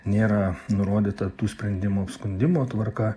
nėra nurodyta tų sprendimų apskundimo tvarka